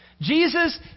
Jesus